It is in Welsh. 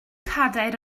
cadair